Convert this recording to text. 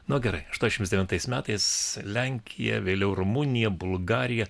nu garai aštuoniasdešimt devintais metais lenkija vėliau rumunija bulgarija